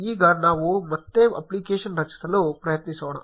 ಈಗ ನಾವು ಮತ್ತೆ ಅಪ್ಲಿಕೇಶನ್ ರಚಿಸಲು ಪ್ರಯತ್ನಿಸೋಣ